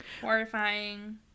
horrifying